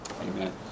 Amen